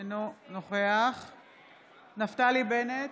אינו נוכח נפתלי בנט,